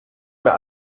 mehr